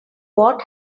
what